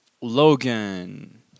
Logan